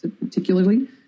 particularly